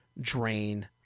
drain